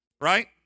right